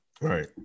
Right